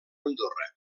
andorra